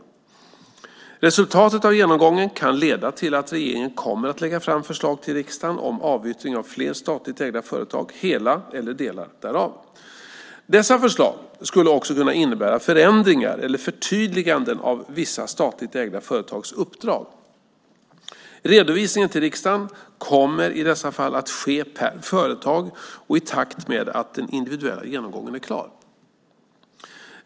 Resultatet av genomgången kan leda till att regeringen kommer att lägga fram förslag till riksdagen om avyttring av flera statligt ägda företag, hela eller delar därav. Dessa förslag skulle också kunna innebära förändringar eller förtydliganden av vissa statligt ägda företags uppdrag. Redovisningen till riksdagen kommer i dessa fall att ske per företag och i takt med att den individuella genomgången är klar.